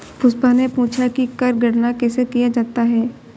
पुष्पा ने पूछा कि कर गणना कैसे किया जाता है?